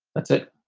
that's it.